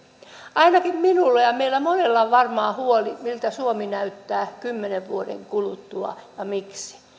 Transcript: ainakin minulla ja meillä monella on varmaan huoli miltä suomi näyttää kymmenen vuoden kuluttua ja miksi